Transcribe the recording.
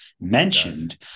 mentioned